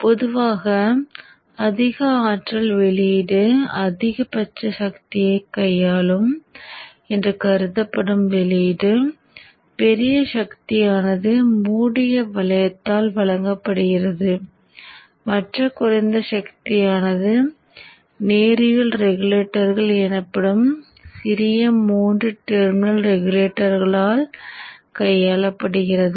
பொதுவாக அதிக ஆற்றல் வெளியீடு அதிகபட்ச சக்தியைக் கையாளும் என்று கருதப்படும் வெளியீடு பெரிய சக்தியானது மூடிய வளையத்தால் வழங்கப்படுகிறது மற்ற குறைந்த சக்தியானது நேரியல் ரெகுலேட்டர்கள் எனப்படும் சிறிய மூன்று டெர்மினல் ரெகுலேட்டர்களால் கையாளப்படுகிறது